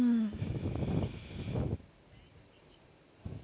mm